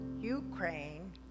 Ukraine